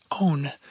own